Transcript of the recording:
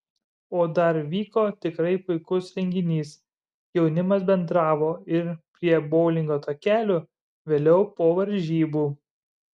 o dar vyko tikrai puikus renginys jaunimas bendravo ir prie boulingo takelių vėliau po varžybų